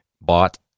bought